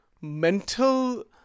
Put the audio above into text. mental